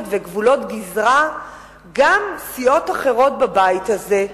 וגבולות גזרה גם סיעות אחרות בבית הזה,